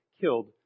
killed